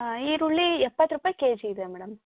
ಈರುಳ್ಳಿ ಎಪ್ಪತ್ತು ರೂಪಾಯಿ ಕೆ ಜಿ ಇದೆ ಮೇಡಮ್